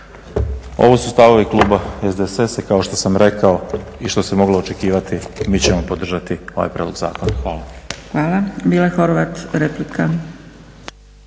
Ovo su stavovi kluba SDSS-a. Kao što sam rekao i što se moglo očekivati, mi ćemo podržati ovaj prijedlog zakona. Hvala. **Zgrebec, Dragica